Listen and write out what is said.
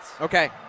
Okay